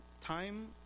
time